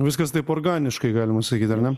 viskas taip organiškai galima sakyt ar ne